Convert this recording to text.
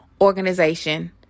Organization